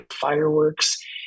fireworks